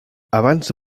abans